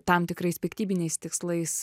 tam tikrais piktybiniais tikslais